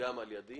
וגם על ידי.